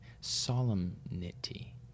Solemnity